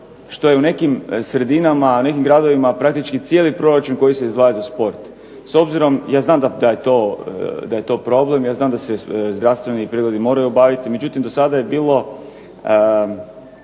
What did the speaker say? što je u nekim gradovima praktički cijeli proračun koji se izdvaja sa sport. Ja znam da je to problem, ja znam da se zdravstveni pregledi moraju obaviti, međutim do sada je bilo